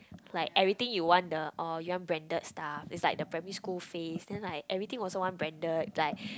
like everything you want the oh you want branded stuff is like the primary school phase then like everything was want branded like